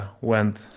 went